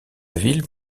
ville